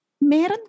Meron